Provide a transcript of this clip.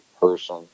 person